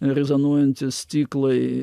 rezonuojantys stiklai